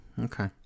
Okay